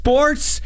Sports